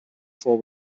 four